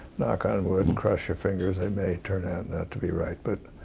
knock on wood and cross your fingers, they may turn out not to be right, but